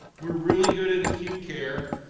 we're really good at acute care,